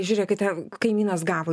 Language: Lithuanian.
žiūrėkite kaimynas gavo